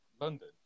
London